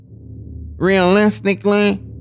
Realistically